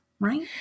Right